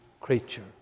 creature